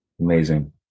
Amazing